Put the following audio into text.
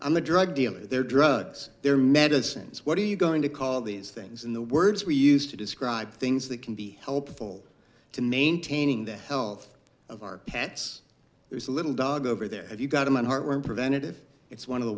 the drug dealing their drugs their medicines what are you going to call these things and the words we use to describe things that can be helpful to maintaining the health of our pets there's a little dog over there if you got him on heartworm preventative it's one of the